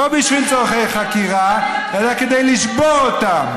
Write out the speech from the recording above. לא בשל צורכי חקירה, אלא כדי לשבור אותם.